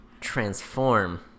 transform